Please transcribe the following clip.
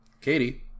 Katie